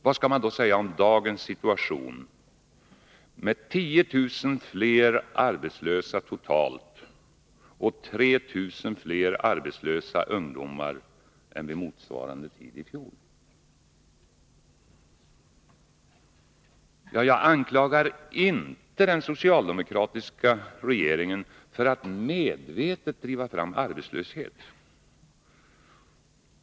Vad skall man då säga om dagens situation med 10 000 fler arbetslösa totalt och 3 000 fler arbetslösa ungdomar än vid motsvarande tid i fjol? Ja, jag anklagar inte den socialdemokratiska regeringen för att medvetet driva fram arbetslöshet.